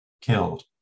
killed